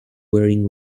wearing